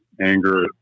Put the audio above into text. anger